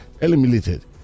eliminated